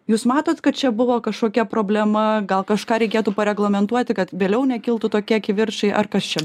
jūs matot kad čia buvo kažkokia problema gal kažką reikėtų pareglamentuoti kad vėliau nekiltų tokie kivirčai ar kas čia